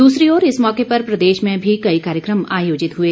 दूसरी ओर इस मौके पर प्रदेश में भी कई कार्यक्रम आयोजित हुए